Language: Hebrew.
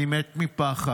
אני מת מפחד.